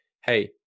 hey